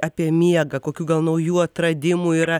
apie miegą kokių gal naujų atradimų yra